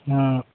हाँ